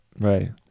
right